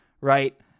right